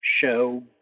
show